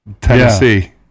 tennessee